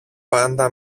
πάντα